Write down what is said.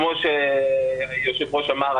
כמו שהיושב-ראש אמר,